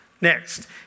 Next